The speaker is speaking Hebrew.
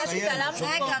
רגע,